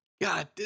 God